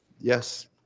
Yes